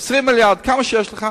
20 מיליארד או כמה שיש לך,